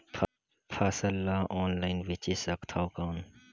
फसल ला ऑनलाइन बेचे सकथव कौन?